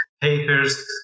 papers